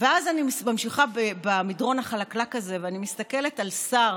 ואז אני ממשיכה במדרון החלקלק הזה ואני מסתכלת על שר,